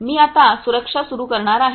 मी आता सुरक्षा सुरू करणार आहे